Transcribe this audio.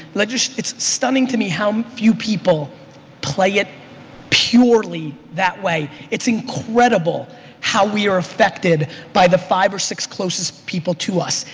like it's stunning to me how few people play it purely that way. it's incredible how we are affected by the five or six closest people to us.